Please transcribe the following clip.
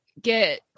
get